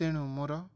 ତେଣୁ ମୋର